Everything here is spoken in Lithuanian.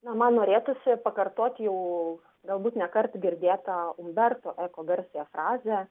na man norėtųsi pakartoti jau galbūt ne kartą girdėtą umberto eko garsiąją frazę